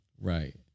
Right